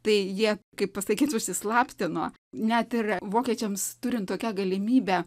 tai jie kaip pasakyt užsislaptino net ir vokiečiams turint tokią galimybę